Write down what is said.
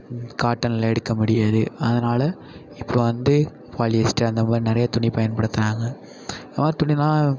காட்டனில் எடுக்க முடியாது அதனால் இப்போ வந்து பாலிஸ்டர் அந்த மாதிரி நிறைய துணி பயன்படுத்துறாங்க இது மாதிரி துணிலாம்